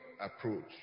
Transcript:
approach